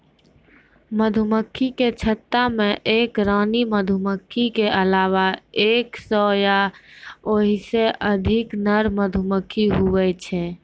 मधुमक्खी के छत्ता मे एक रानी मधुमक्खी के अलावा एक सै या ओहिसे अधिक नर मधुमक्खी हुवै छै